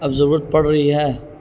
ابضرورت پڑ رہی ہے